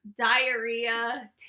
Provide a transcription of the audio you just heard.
diarrhea